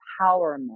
empowerment